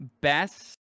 Best